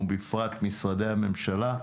ובפרט משרדי הממשלה,